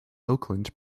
oakland